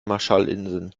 marshallinseln